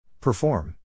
Perform